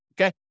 Okay